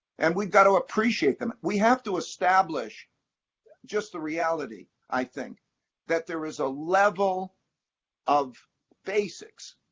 and we've got to appreciate them. we have to establish just the reality, i think that there is a level of basics.